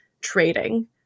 trading